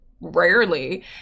Rarely